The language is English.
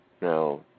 Now